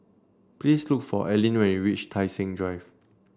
please look for Ellyn when you reach Tai Seng Drive